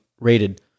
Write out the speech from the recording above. rated